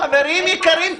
חברים יקרים,